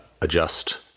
adjust